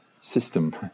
system